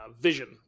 vision